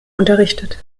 unterrichtet